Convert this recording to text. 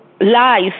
life